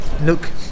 look